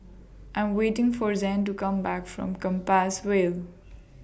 I Am waiting For Zayne to Come Back from Compassvale